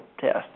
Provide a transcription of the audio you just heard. test